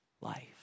life